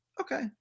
okay